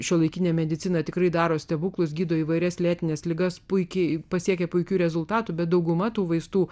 šiuolaikinė medicina tikrai daro stebuklus gydo įvairias lėtines ligas puiki pasiekė puikių rezultatų bet dauguma tų vaistų